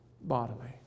bodily